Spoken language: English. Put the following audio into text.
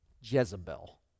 Jezebel